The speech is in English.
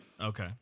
Okay